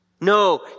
No